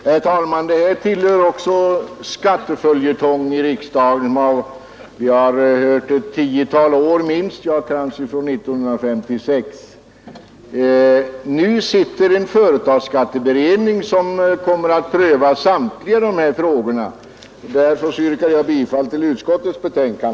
Herr talman! Den här frågan tillhör också skatteföljetongerna i riksdagen; vi har hört den under minst ett tiotal år, ja kanske från 1956. Företagsskatteberedningen kommer att pröva samtliga dessa frågor. Därför yrkar jag bifall till utskottets hemställan.